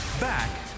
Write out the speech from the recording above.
Back